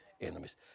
enemies